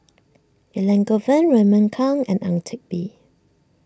Elangovan Raymond Kang and Ang Teck Bee